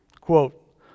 quote